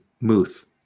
Muth